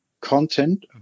content